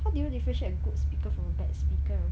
how do you differentiate a good speaker from a bad speaker